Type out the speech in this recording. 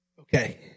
Okay